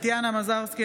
טטיאנה מזרסקי,